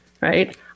right